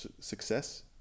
success